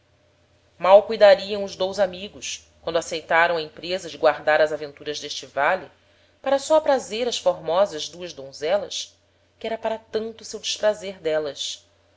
mal cuidariam os dous amigos quando aceitaram a empreza de guardar as aventuras d'este vale para só aprazer ás formosas duas donzelas que era para tanto seu desprazer d'élas